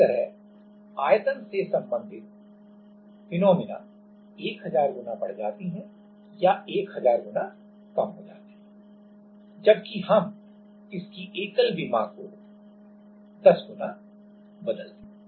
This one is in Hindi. इसी तरह आयतन से संबंधित घटनाएं 1000 गुना बढ़ जाती हैं या 1000 गुना कम हो जाती हैं जबकि हम इसकी एकल विमा को 10 गुना बदलते हैं